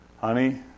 honey